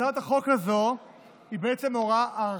התשפ"ב 2021. הצעת החוק הזו היא בעצם הארכה